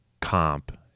comp